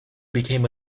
became